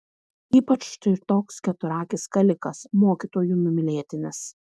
ypač štai toks keturakis kalikas mokytojų numylėtinis